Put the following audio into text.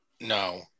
No